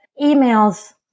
emails